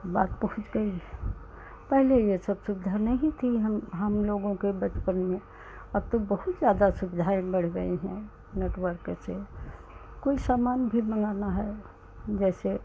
बात पहुँच गई पहले यह सब सुविधा नहीं थी हम हमलोगों के बचपन में अब तो बहुत ज़्यादा सुविधाएँ बढ़ गई हैं नेटवर्क से कोई सामान भी मँगाना है जैसे